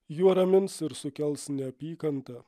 juo ramins ir sukels neapykantą